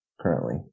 currently